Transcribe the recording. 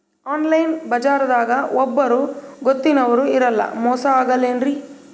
Online ಬಜಾರದಾಗ ಒಬ್ಬರೂ ಗೊತ್ತಿನವ್ರು ಇರಲ್ಲ, ಮೋಸ ಅಗಲ್ಲೆನ್ರಿ?